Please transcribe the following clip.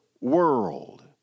world